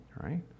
right